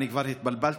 אני כבר התבלבלתי,